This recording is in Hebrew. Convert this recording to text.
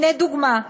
הנה דוגמה: